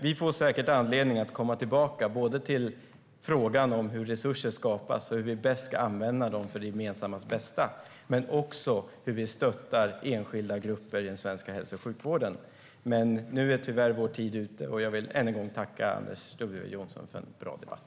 Vi får säkert anledning att komma tillbaka till både hur resurser skapas och hur vi bäst ska använda dem för det gemensammas bästa men också hur vi stöttar enskilda grupper i den svenska hälso och sjukvården. Men nu är tyvärr vår talartid ute, och jag vill än en gång tacka Anders W Jonsson för en bra debatt.